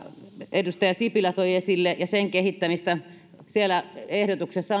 edustaja sipilä toi esille ja sen kehittämistä siellä ehdotuksessa